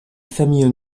famille